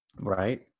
right